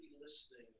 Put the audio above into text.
listening